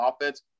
offense